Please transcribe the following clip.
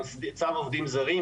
צו עובדים זרים,